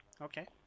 Okay